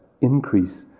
increase